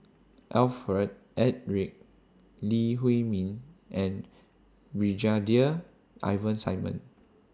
Alfred Eric Lee Huei Min and Brigadier Ivan Simson